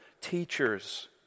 teachers